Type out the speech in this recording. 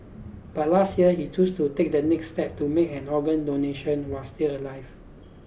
but last year he chose to take the next step to make an organ donation while still alive